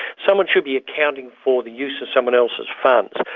someone should be accounting for the use of someone else's funds.